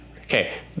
Okay